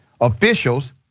Officials